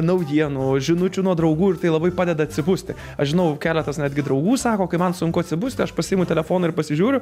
naujienų žinučių nuo draugų ir tai labai padeda atsibusti aš žinau keletas netgi draugų sako kai man sunku atsibusti aš pasiimu telefoną ir pasižiūriu